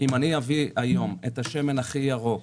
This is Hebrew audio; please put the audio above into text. אם אני אביא היום את השמן הכי ירוק,